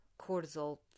cortisol